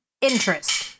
interest